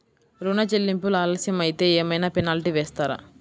ఋణ చెల్లింపులు ఆలస్యం అయితే ఏమైన పెనాల్టీ వేస్తారా?